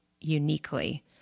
uniquely